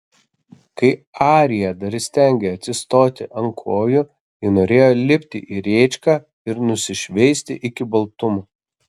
kai arija dar įstengė atsistoti ant kojų ji norėjo lipti į rėčką ir nusišveisti iki baltumo